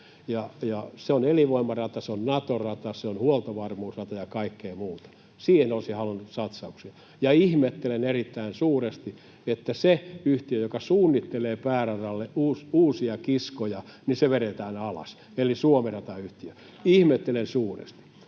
Se on elinvoimarata, se on Nato-rata, se on huoltovarmuusrata ja kaikkea muuta. Siihen olisin halunnut satsauksen. Ja ihmettelen erittäin suuresti, että se yhtiö, joka suunnittelee pääradalle uusia kiskoja, vedetään alas eli Suomi-rata‑yhtiö. Ihmettelen suuresti.